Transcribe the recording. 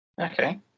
Okay